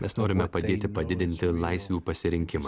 mes norime padėti padidinti laisvių pasirinkimą